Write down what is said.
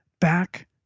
back